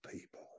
people